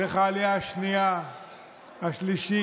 דרך העלייה השנייה והשלישית,